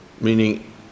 meaning